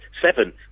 seven